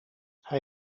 hij